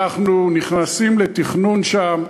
אנחנו נכנסים לתכנון שם.